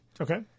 Okay